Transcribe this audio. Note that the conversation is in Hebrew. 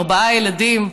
ארבעה ילדים,